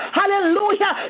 hallelujah